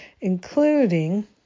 including